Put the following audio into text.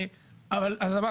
אני עובר